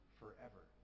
forever